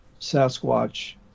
sasquatch